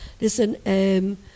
Listen